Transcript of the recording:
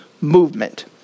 Movement